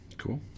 cool